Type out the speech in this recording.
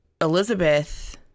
Elizabeth